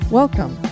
welcome